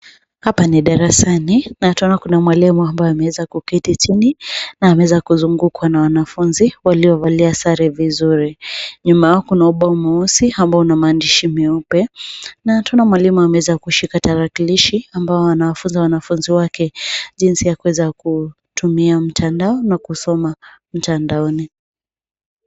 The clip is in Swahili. Hapa ni darasani na tunaona kuna mwalimu ambaye amewaza kuketi chini na amewaza kuzungukwa na wanafunzi walio valia sare vizuri. Nyuma kuna ubao mweusi ambayo una maandishi meupe na mwalimu amewaza kushika tarakilishi ambayo anawafunza wanafunzi wake jinsi ya kuweza kutumia mtandao na kusoma mtandaoni.